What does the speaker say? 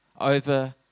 over